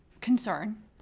concern